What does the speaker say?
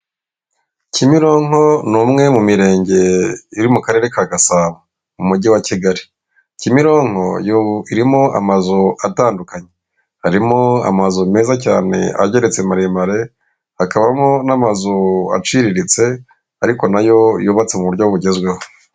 Kimironko ni umwe mu mirenge iri mu karere ka gasabo mu mujyi wa kigali kimironko yo irimo amazu atandukanye harimo amazu meza cyane ageretse maremare hakabamo n'amazu aciriritse ariko nayo yubatse mu buryo bugezweho.